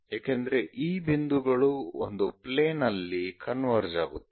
ಏಕೆಂದರೆ ಈ ಬಿಂದುಗಳು ಒಂದು ಪ್ಲೇನ್ ಅಲ್ಲಿ ಕನ್ವರ್ಜ್ ಆಗುತ್ತವೆ